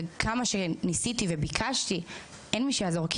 כמה שניסיתי וביקשתי, אין מי שיעזור.